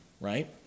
right